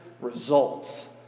results